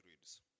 reads